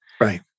Right